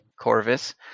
Corvus